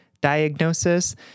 diagnosis